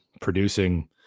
producing